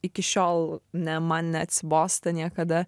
iki šiol ne man neatsibosta niekada